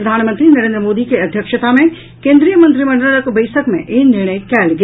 प्रधानमंत्री नरेन्द्र मोदी के अध्यक्षता मे कोन्द्रीय मंत्रिमंडलक बैसक मे ई निर्णय कयल गेल